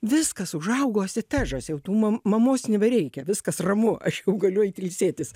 viskas užaugo asitežas jau tu mam mamos nebereikia viskas ramu aš jau galiu eit ilsėtis